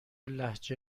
لهجه